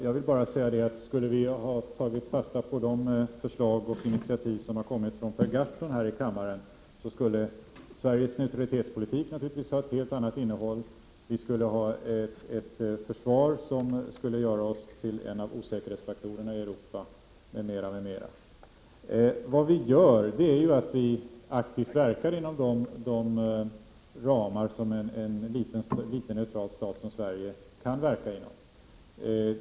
Jag vill bara säga att skulle vi ha tagit fasta på de förslag och initiativ som har kommit från Per Gahrton här i kammaren, så skulle Sveriges neutralitetspolitik naturligtvis ha ett helt annat innehåll, vi skulle ha ett försvar som skulle göra oss till en av osäkerhetsfaktorerna i Europa, m.m. Vad vi gör är att vi aktivt verkar inom de ramar som en liten neutral stat som Sverige kan verka inom.